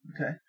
Okay